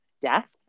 death